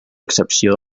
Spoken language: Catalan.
excepció